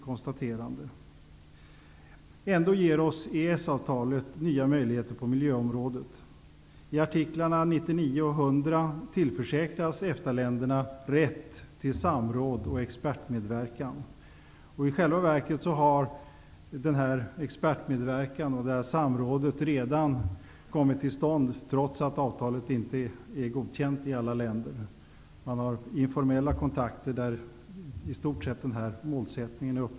EES-avtalet ger oss ändå nya möjligheter på miljöområdet. I artiklarna 99 och 100 tillförsäkras EFTA-länderna rätt till samråd och expertmedverkan. I själva verket har samråd och expertmedverkan redan kommit till stånd, trots att avtalet inte är godkänt i alla länder. Man har via informella kontakter i stort sett uppnått denna målsättning.